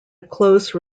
close